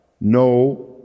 no